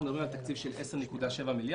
אנחנו מדברים על תקציב של 10.7 מיליארד,